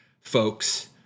folks